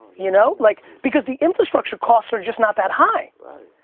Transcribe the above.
you know like because the infrastructure costs are just not that high. right.